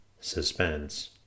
suspense